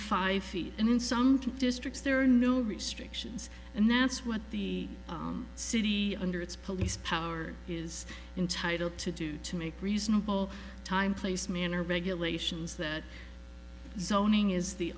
five feet and in some districts there are no restrictions and that's what the city under its police power is entitle to do to make reasonable time place manner bagul ations that